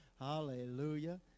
Hallelujah